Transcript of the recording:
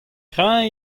kreñv